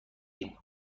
ﮐﺸﯿﺪﯾﻢ